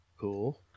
cool